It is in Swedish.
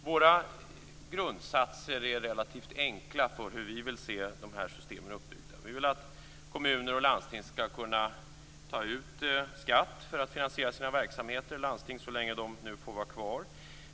Våra grundsatser är relativt enkla för hur vi vill se de här systemen uppbyggda. Vi vill att kommuner och landsting skall kunna ta ut skatt för att finansiera sina verksamheter i landsting - så länge de nu får vara kvar.